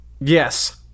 Yes